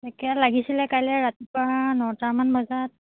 তাকে লাগিছিলে কাইলৈ ৰাতিপুৱা নটামান বজাত